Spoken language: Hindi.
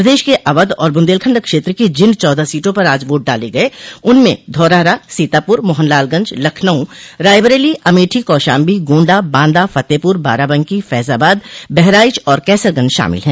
प्रदेश के अवध और बुन्देखण्ड क्षेत्र की जिन चौदह सीटों पर आज वोट डाले गये उनमें धौरहारा सीतापुर मोहनलालगंज लखनऊ रायबरेलो अमेठी कौशाम्बी गोण्डा बांदा फतेहपुर बाराबंकी फैजाबाद बहराइच और कैसरगंज शामिल हैं